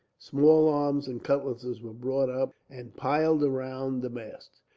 small arms and cutlasses were brought up, and piled round the masts.